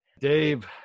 Dave